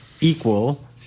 equal